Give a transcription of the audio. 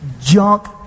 junk